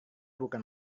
bukan